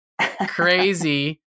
crazy